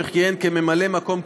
שכיהן כממלא מקום קבוע,